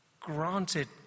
granted